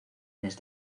mes